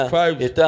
five